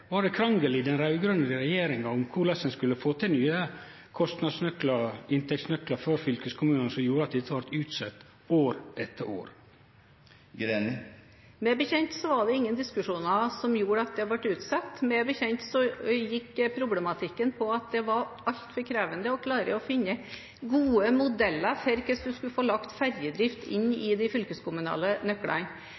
Var det krangel i den raud-grøne regjeringa om korleis ein skulle få til nye kostnadsnøklar, inntektsnøklar, for fylkeskommunane, som gjorde at dette blei utsett år etter år? Meg bekjent var det ingen diskusjoner som gjorde at det ble utsatt, meg bekjent gikk problematikken på at det var altfor krevende å klare å finne gode modeller for hvordan man skulle få lagt ferjedrift inn i